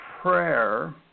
prayer